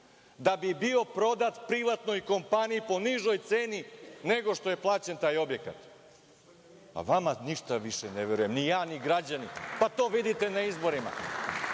da bi bio prodat privatnoj kompaniji po nižoj ceni nego što je plaćen taj objekat. Pa, vama ništa više ne verujem, ni ja, ni građani. Pa, to vidite na izborima.